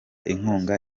inkunga